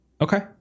Okay